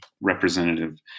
representative